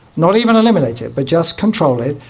not even eliminate it but just control it,